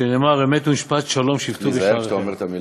שנאמר 'אמת ומשפט שלום שפטו בשעריכם'".